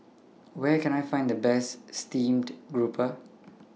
Where Can I Find The Best Steamed Grouper